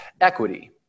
Equity